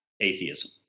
atheism